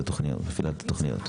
שמפעילה את התוכניות.